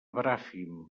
bràfim